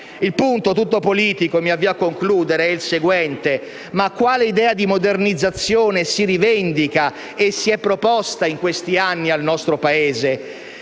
Il punto, tutto politico, è il seguente: ma quale idea di modernizzazione si rivendica e si è proposta in questi anni al nostro Paese?